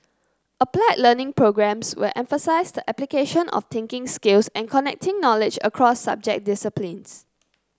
applied Learning programmes will emphasise the application of thinking skills and connecting knowledge across subject disciplines